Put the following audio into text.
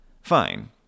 fine